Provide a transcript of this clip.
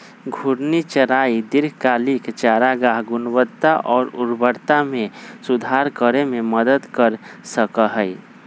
घूर्णी चराई दीर्घकालिक चारागाह गुणवत्ता और उर्वरता में सुधार करे में मदद कर सका हई